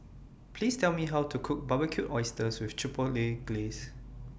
Please Tell Me How to Cook Barbecued Oysters with Chipotle Glaze